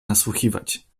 nasłuchiwać